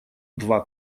два